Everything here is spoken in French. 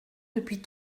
depuis